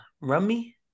Rummy